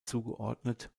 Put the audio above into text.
zugeordnet